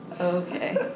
Okay